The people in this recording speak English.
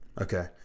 Okay